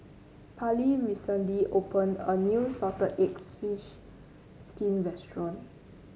Parlee recently opened a new Salted Egg fish skin restaurant